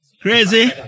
Crazy